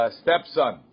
stepson